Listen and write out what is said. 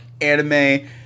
anime